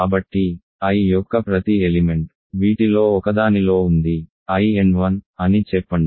కాబట్టి I యొక్క ప్రతి ఎలిమెంట్ వీటిలో ఒకదానిలో ఉంది In1 అని చెప్పండి